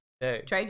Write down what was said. Trade